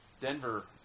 Denver